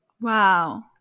Wow